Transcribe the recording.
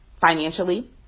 financially